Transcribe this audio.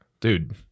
dude